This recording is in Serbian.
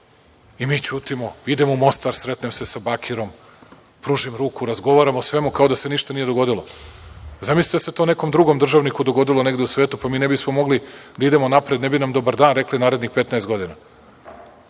I mi ćutimo. Idemo u Mostar, sretnem se sa Bakirom. Pružim ruku i razgovaram o svemu kao da se ništa nije dogodilo. Zamislite da se to nekom drugom državniku dogodilo negde u svetu, pa mi ne bismo mogli da idemo napred, ne bi nam – dobar dan rekli u narednih 15 godina.